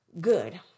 Good